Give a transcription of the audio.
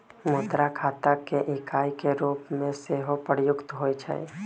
मुद्रा खता के इकाई के रूप में सेहो प्रयुक्त होइ छइ